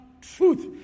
Truth